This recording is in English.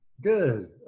Good